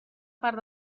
part